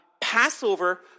Passover